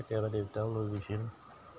কেতিয়াবা দেউতাইও লৈ গৈছিল